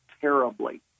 terribly